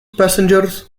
passengers